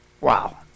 Wow